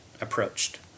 approached